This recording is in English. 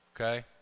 okay